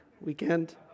weekend